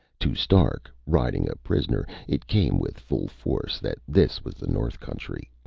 to stark, riding a prisoner, it came with full force that this was the north country,